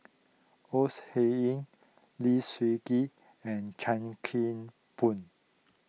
Ores Huiying Lee Seng Gee and Chuan Keng Boon